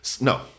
no